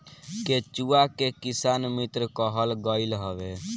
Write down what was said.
केचुआ के किसान मित्र कहल गईल हवे